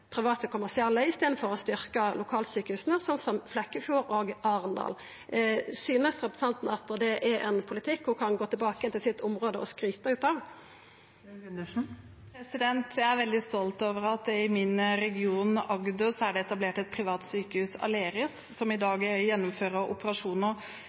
private, kommersielle aktørar i staden for å styrkja lokalsjukehusa i Flekkefjord og Arendal. Synest representanten at det er ein politikk ho kan gå tilbake til sitt område og skryta av? Jeg er veldig stolt over at det i min region, Agder, er etablert et privat sykehus, Aleris, som i